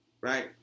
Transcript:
right